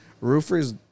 roofers